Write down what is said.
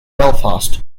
belfast